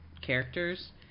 characters